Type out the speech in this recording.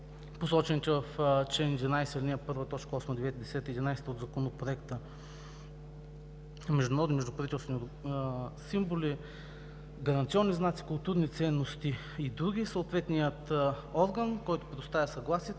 посочените в чл. 11, ал. 1, т. 8, 9, 10 и 11 от Законопроекта международни и междуправителствени символи, гаранционни знаци, културни ценности и други, съответният орган, който предоставя съгласието